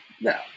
No